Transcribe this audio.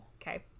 Okay